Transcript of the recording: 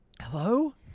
hello